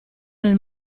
nel